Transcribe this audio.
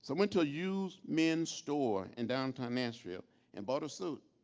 so went to a used men's store in downtown nashville and bought a suit.